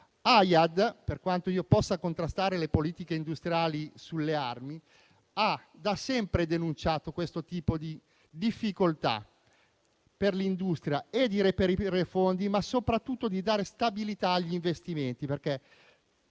L'Aiad, per quanto io possa contrastare le politiche industriali sulle armi, ha sempre denunciato questo tipo di difficoltà per l'industria sia di reperire fondi, sia soprattutto di dare stabilità agli investimenti. Mettere